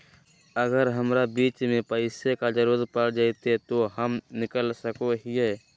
अगर हमरा बीच में पैसे का जरूरत पड़ जयते तो हम निकल सको हीये